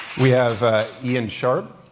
we have ian sharp,